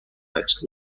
next